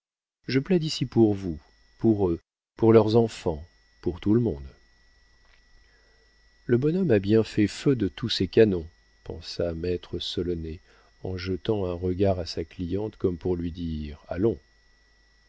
je plaide ici pour vous pour eux pour leurs enfants pour tout le monde le bonhomme a bien fait feu de tous ses canons pensa maître solonet en jetant un regard à sa cliente comme pour lui dire allons il